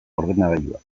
ordenagailuak